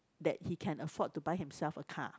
that he can afford to buy himself a car